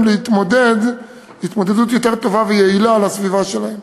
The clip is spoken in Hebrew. להתמודד התמודדות יותר טובה ויעילה עם הסביבה שלהם.